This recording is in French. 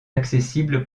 accessible